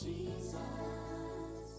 Jesus